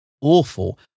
awful